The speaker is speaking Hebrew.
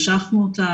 משכנו אותה,